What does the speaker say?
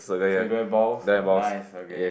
so you don't have balls nice okay